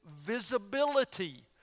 visibility